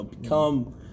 Become